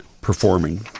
performing